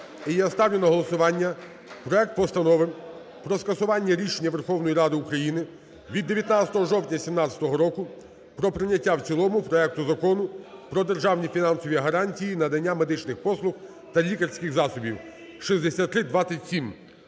І я ставлю на голосування проект Постанови про скасування рішення Верховної Ради України від 19 жовтня 2017 року про прийняття в цілому проекту Закону про державні фінансові гарантії надання медичних послуг та лікарських засобів (6327).